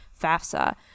FAFSA